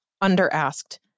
under-asked